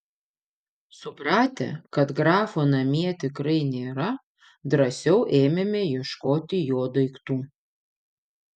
supratę kad grafo namie tikrai nėra drąsiau ėmėme ieškoti jo daiktų